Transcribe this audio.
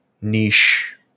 niche